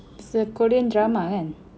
it's a Korean drama kan